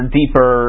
deeper